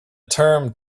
term